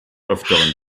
öfteren